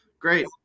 great